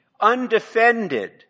undefended